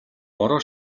бороо